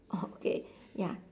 okay ya